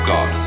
God